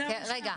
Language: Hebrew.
רגע.